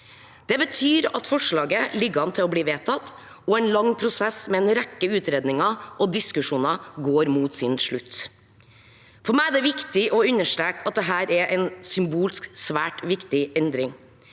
Det betyr at forslaget ligger an til å bli vedtatt, og en lang prosess med en rekke utredninger og diskusjoner går mot sin slutt. For meg er det viktig å understreke at dette er en symbolsk svært viktig endring,